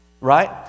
right